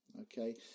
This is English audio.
okay